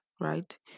right